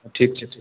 ठीक छै ठीक